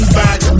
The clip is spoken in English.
back